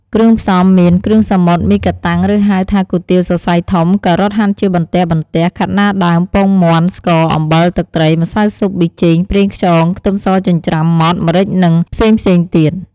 គ្រឿងផ្សំមាន គ្រឿងសមុទ្រ មីកាតាំង ឬហៅថាគុយទាវសសៃធំ ការ៉ុតហាន់ជាបន្ទះៗ ខាត់ណាដើម ពងមាន់ ស្ករ អំបិល ទឹកត្រី ម្សៅស៊ុប ប៊ីចេង ប្រេងខ្យង ខ្ទឹមសចិញ្ច្រាំម៉ដ្ឋ ម្រេចនិងផ្សេងៗទៀត។